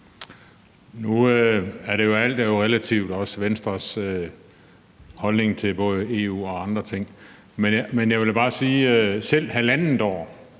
Nu er alt jo relativt, også Venstres holdning til både EU og andre ting. Men jeg vil da bare sige, at selv halvandet år